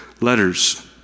letters